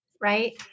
right